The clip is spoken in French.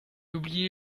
oublié